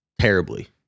terribly